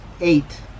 eight